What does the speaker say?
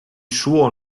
suo